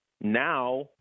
now